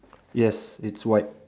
yes it's white